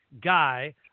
Guy –